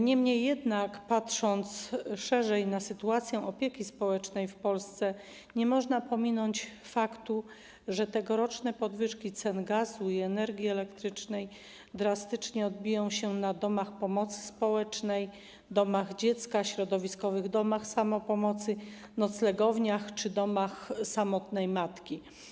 Niemniej jednak, patrząc szerzej na sytuację opieki społecznej w Polsce, nie można pominąć faktu, że tegoroczne podwyżki cen gazu i energii elektrycznej drastycznie odbiją się na domach pomocy społecznej, domach dziecka, środowiskowych domach samopomocy, noclegowniach czy domach samotnej matki.